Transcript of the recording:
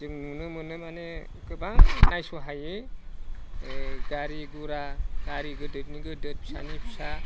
जों नुनो मोनो माने गोबां नायस'हायि गारि गुरा गारि गोदोरनि गोदोर फिसानि फिसा